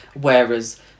whereas